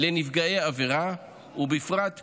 לנפגעי עבירה, ובפרט קטינים,